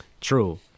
True